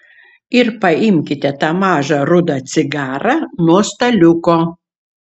ir paimkite tą mažą rudą cigarą nuo staliuko